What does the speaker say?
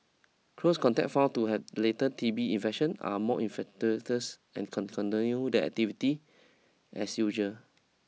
close contacts found to have later T B infection are more and can their activity as usual